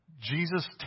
Jesus